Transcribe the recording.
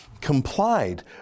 complied